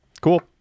Cool